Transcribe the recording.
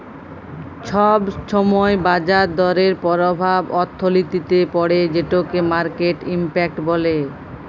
ছব ছময় বাজার দরের পরভাব অথ্থলিতিতে পড়ে যেটকে মার্কেট ইম্প্যাক্ট ব্যলে